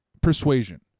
persuasion